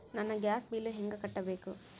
ನನ್ನ gas bill ಹೆಂಗ ಕಟ್ಟಬೇಕು?